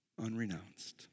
unrenounced